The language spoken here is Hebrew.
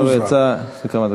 השר יצא לפני כמה דקות.